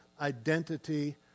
identity